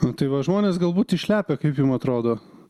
nu tai va žmonės galbūt išlepę kaip jum atrodo